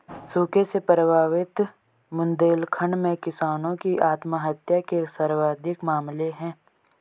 सूखे से प्रभावित बुंदेलखंड में किसानों की आत्महत्या के सर्वाधिक मामले है